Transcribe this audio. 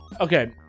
Okay